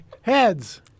Heads